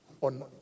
on